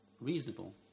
reasonable